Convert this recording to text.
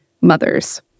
mothers